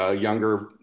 younger